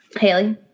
Haley